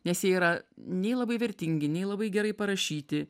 nes jie yra nei labai vertingi nei labai gerai parašyti